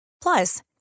Plus